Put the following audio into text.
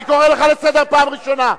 אני קורא לך לסדר פעם ראשונה.